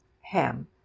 Ham